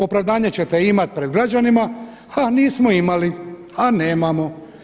Opravdanje ćete imati pred građanima, a nismo imali, a nemamo.